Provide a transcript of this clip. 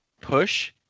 push